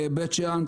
בית שאן,